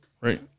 right